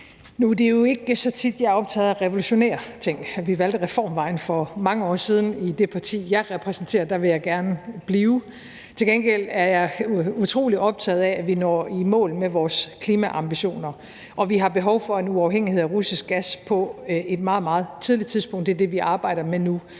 Nu er det jo ikke så tit, at jeg er optaget af revolutionære ting. Vi valgte reformvejen for mange år siden i det parti, jeg repræsenterer. Der vil jeg gerne blive. Til gengæld er jeg utrolig optaget af, at vi når i mål med vores klimaambitioner. Vi har behov for en uafhængighed af russisk gas på et meget, meget tidligt tidspunkt. Det er det, vi arbejder med nu.